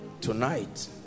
Tonight